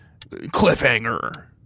Cliffhanger